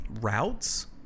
Routes